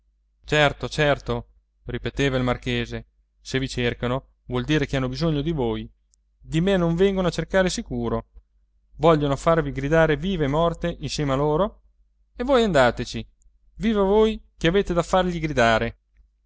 certo certo ripeteva il marchese se vi cercano vuol dire che hanno bisogno di voi di me non vengono a cercare sicuro vogliono farvi gridare viva e morte insieme a loro e voi andateci viva voi che avete da farli gridare